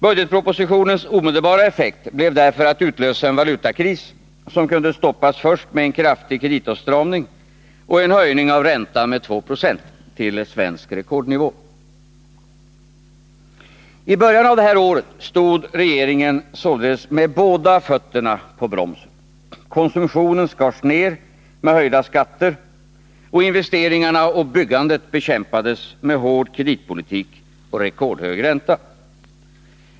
Budgetpropositionens omedelbara effekt blev därför att den utlöste en valutakris, som kunde stoppas först med en kraftig kreditåtstramning och en höjning av räntan med 2 Yo till svensk rekordnivå. I början av det här året stod regeringen således med båda fötterna på bromsen. Konsumtionen skars ner med höjda skatter, och investeringarna och byggandet bekämpades med hård kreditpolitik och rekordhög ränta.